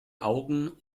augen